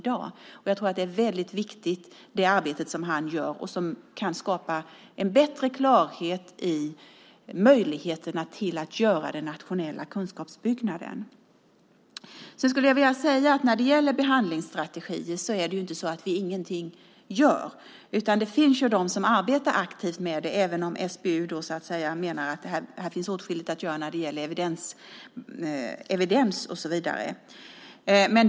Det arbete han gör är viktigt och kan skapa bättre klarhet i arbetet med den nationella kunskapsbyggnaden. När det gäller behandlingsstrategier är det inte så att vi ingenting gör. Det finns de som arbetar aktivt med frågan även om SBU menar att det finns åtskilligt att göra i fråga om evidens och så vidare.